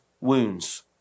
wounds